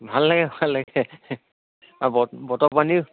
ভাল লাগে ভাল লাগে আৰু বতৰ পানীও